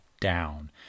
down